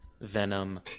Venom